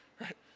Right